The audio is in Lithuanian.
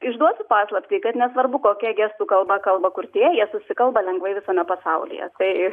išduosiu paslaptį kad nesvarbu kokia gestų kalba kalba kurtiejijie susikalba lengvai visame pasaulyje tai